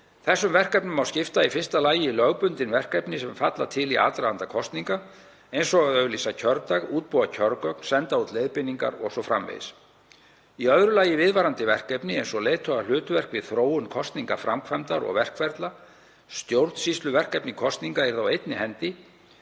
Þessum verkefnum má skipta í fyrsta lagi í lögbundin verkefni sem falla til í aðdraganda kosninga eins og að auglýsa kjördag, útbúa kjörgögn, senda út leiðbeiningar o.s.frv. Í öðru lagi viðverandi verkefni eins og leiðtogahlutverk við þróun kosningaframkvæmdar og verkferla. Stjórnsýsluverkefni kosninga yrðu á einni hendi,